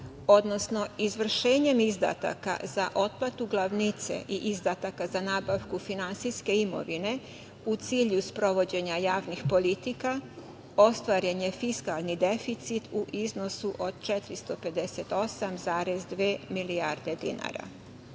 Odnosno, izvršenjem izdataka za otplatu glavnice i izdataka za nabavku finansijske imovine, u cilju sprovođenja javnih politika, ostvaren je fiskalni deficit u iznosu od 458,2 milijarde dinara. Ukupan